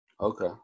Okay